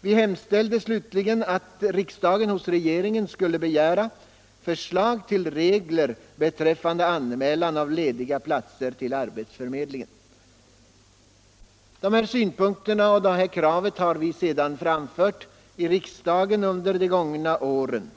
Vi hemställde slutligen att riksdagen hos regeringen skulle begära förslag till regler beträffande anmälan av lediga platser till ar betsförmedlingen. Nr 97 De här synpunkterna och det här kravet har vi sedan framfört i riks Fredagen den dagen under de gångna åren.